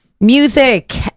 music